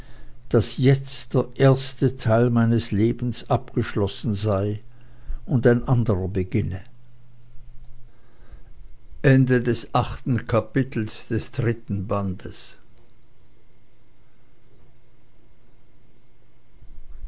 daß jetzt der erste teil meines lebens abgeschlossen sei und ein anderer beginne